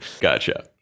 gotcha